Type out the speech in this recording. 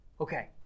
Okay